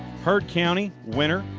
hart county, winner.